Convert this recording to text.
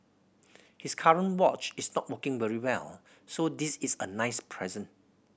his current watch is not working very well so this is a nice present